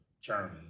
journey